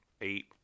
eight